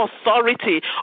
authority